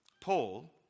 Paul